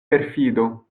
perfido